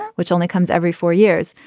which only comes every four years.